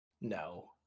No